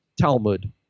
Talmud